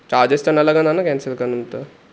charges त न लॻंदो न कैंसिल कंदुमि त